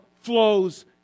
flows